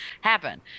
happen